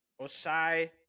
Osai